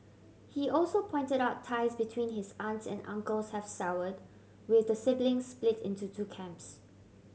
he also pointed out ties between his aunts and uncles have soured with the siblings split into two camps